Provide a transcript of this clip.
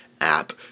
app